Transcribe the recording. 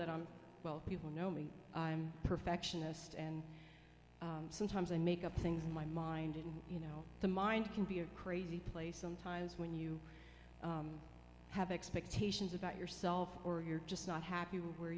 that i'm well people know me i'm a perfectionist and sometimes i make up things in my mind and you know the mind can be a crazy place sometimes when you have expectations about yourself or you're just not happy with where